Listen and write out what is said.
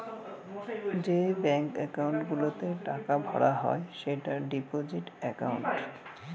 যে bank account গুলোতে টাকা ভরা হয় সেটা ডিপোজিট একাউন্ট